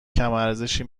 کمارزشی